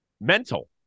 mental